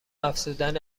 افزودن